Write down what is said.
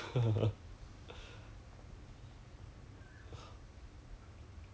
oh !aiya! 还 how long more I think 我这边我的 recording like two more minutes is it one more minute